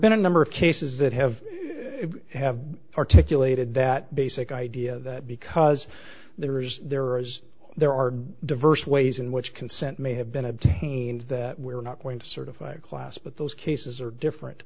been a number of cases that have have articulated that basic idea because there is there are as there are diverse ways in which consent may have been obtained that we're not going to certify a class but those cases are different